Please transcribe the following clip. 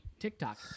tiktok